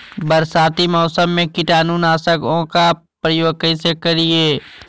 बरसाती मौसम में कीटाणु नाशक ओं का प्रयोग कैसे करिये?